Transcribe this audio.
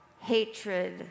hatred